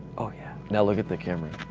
ah yeah now look at the camera.